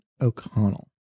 O'Connell